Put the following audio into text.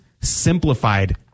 simplified